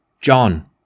John